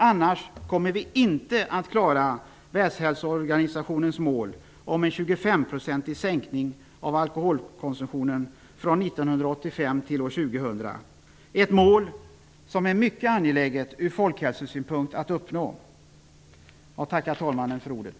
Annars kommer vi inte att klara 1985 fram till år 2000, ett mål som från folkhälsosynpunkt är mycket angeläget att uppnå. Jag tackar talmannen för ordet.